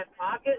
pocket